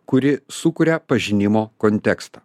kuri sukuria pažinimo kontekstą